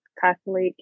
Catholic